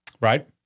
right